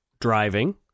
driving